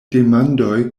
demandoj